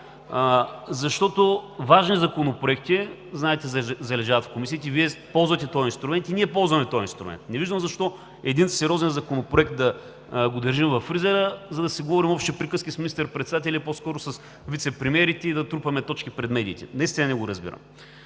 защото важни законопроекти, знаете, залежават в комисиите. Вие ползвате този инструмент и ние ползваме този инструмент. Не виждам защо един сериозен законопроект да го държим във фризера, за да си говорим общи приказки с министър-председателя или по-скоро с вицепремиерите и да трупаме точки пред медиите. Наистина не го разбирам.